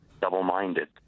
double-minded